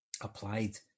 applied